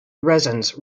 resins